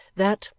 that,